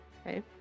Okay